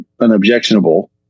unobjectionable